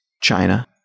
China